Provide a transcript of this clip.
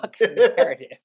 narrative